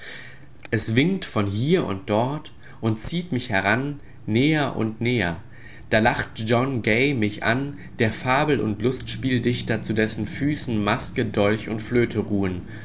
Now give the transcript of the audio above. es winkt von hier und dort und zieht mich heran näher und näher da lacht john gay mich an der fabel und lustspieldichter zu dessen füßen maske dolch und flöte ruhen